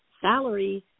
salaries